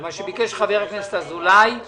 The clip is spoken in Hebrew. מה שביקש חבר הכנסת אזולאי.